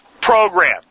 program